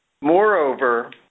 Moreover